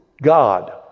God